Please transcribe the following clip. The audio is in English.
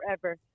forever